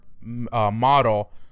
model